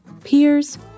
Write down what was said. peers